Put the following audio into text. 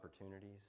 opportunities